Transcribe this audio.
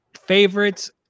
favorites